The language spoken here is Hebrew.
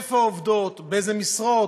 איפה הן עובדות, באיזה משרות.